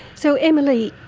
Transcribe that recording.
so emma leigh,